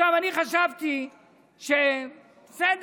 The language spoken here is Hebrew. אני חשבתי שבסדר,